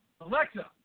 Alexa